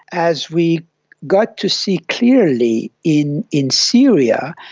as we got to see clearly in in syria,